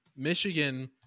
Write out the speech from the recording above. Michigan